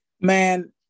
Man